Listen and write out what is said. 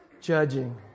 judging